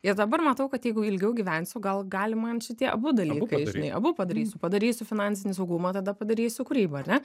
ir dabar matau kad jeigu ilgiau gyvensiu gal gali man šitie abu dalykai abu padarysiu padarysiu finansinį saugumą tada padarysiu kūrybą ar ne